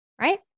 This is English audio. right